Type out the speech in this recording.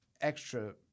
extra